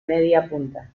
mediapunta